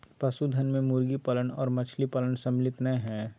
पशुधन मे मुर्गी पालन आर मछली पालन सम्मिलित नै हई